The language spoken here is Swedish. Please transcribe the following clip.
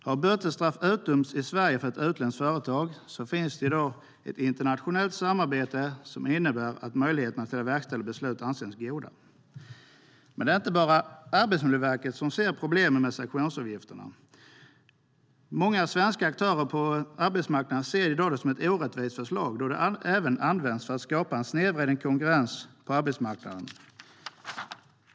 Har bötestraff utdömts i Sverige för ett utländskt företag finns det i dag ett internationellt samarbete som innebär att möjligheten att verkställa beslut anses goda. Men det är inte bara Arbetsmiljöverket som ser problem med sanktionsavgifterna. Många svenska aktörer på arbetsmarknaden ser det i dag som ett orättvist förslag, då det även används för att skapa en snedvriden konkurrens på arbetsmarknaden.